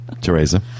Teresa